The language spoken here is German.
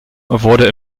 wurde